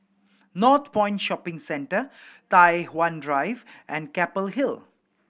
Northpoint Shopping Centre Tai Hwan Drive and Keppel Hill